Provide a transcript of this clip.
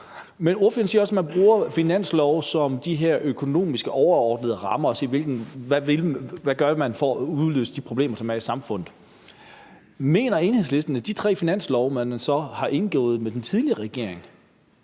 Men ordføreren siger også, at man bruger finanslove som de her overordnede økonomiske rammer, i forhold til hvad man gør for at løse de problemer, som er i samfundet. Mener Enhedslisten, at de tre finanslove, man så har indgået med den tidligere regering,